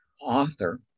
author